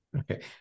Okay